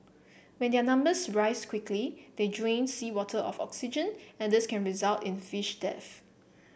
when their numbers rise quickly they drain seawater of oxygen and this can result in fish death